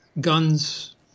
Guns